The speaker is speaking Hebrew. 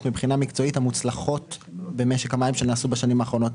מבחינה מקצועית המוצלחות במשק המים שנעשו בשנים האחרונות.